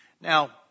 Now